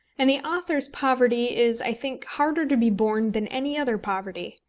and the author's poverty is, i think, harder to be borne than any other poverty.